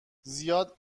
زیاد